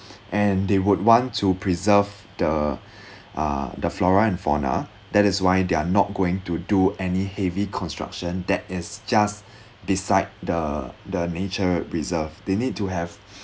and they would want to preserve the uh the flora and fauna that is why they're not going to do any heavy construction that is just beside the the nature reserve they need to have